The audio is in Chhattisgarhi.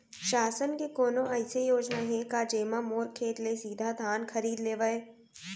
शासन के कोनो अइसे योजना हे का, जेमा मोर खेत ले सीधा धान खरीद लेवय?